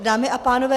Dámy a pánové.